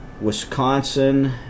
Wisconsin